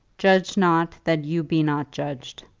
judge not, that you be not judged.